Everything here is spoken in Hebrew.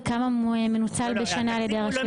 וכמה מנוצל בשנה על ידי הרשויות?